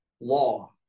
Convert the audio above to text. law